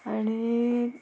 आनी